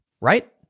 right